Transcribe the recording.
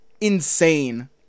insane